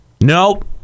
Nope